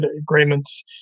agreements